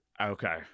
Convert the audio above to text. Okay